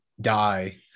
die